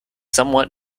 somewhat